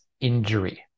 injury